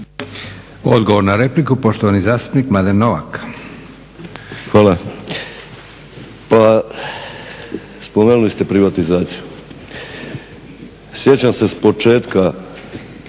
Odgovor na repliku poštovani zastupnik Mladen Novak.